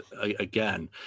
again